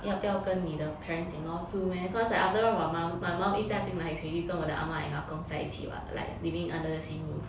要不要跟你的 parents-in-law 住 meh cause like afterall my mum my mum 一嫁进来 is already 跟我的 ah ma and ah gong 在一起 [what] like living under the same roof